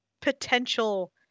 potential